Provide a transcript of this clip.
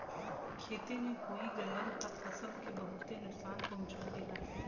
खेते में होई गयल त फसल के बहुते नुकसान पहुंचावेला